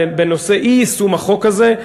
בנושא אי-יישום החוק הזה,